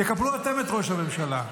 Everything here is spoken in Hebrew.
תקפלו אתם את ראש הממשלה.